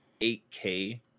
8k